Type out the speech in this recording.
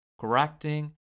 correcting